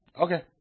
Okay